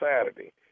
Saturday